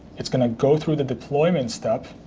it's going to go through the deployment step.